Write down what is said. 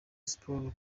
sport